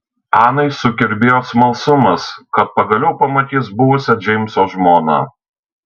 anai sukirbėjo smalsumas kad pagaliau pamatys buvusią džeimso žmoną